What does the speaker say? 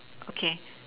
okay